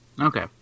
Okay